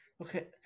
okay